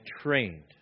trained